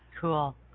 Cool